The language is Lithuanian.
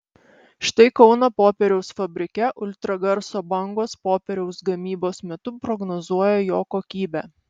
štai kauno popieriaus fabrike ultragarso bangos popieriaus gamybos metu prognozuoja jo kokybę